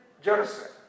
Jerusalem